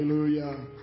Hallelujah